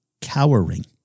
cowering